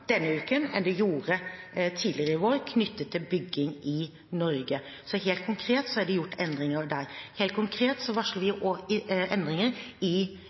denne uken enn det man gjorde tidligere i vår knyttet til bygging i Norge. Så helt konkret er det gjort endringer der. Helt konkret varsler vi også endringer i